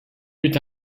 eut